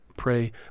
pray